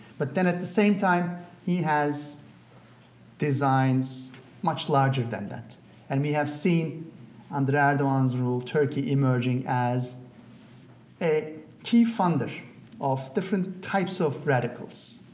but then at the same time he has designs much larger than and we have seen under erdogan's rule turkey emerging as a key funder of different types of radicals.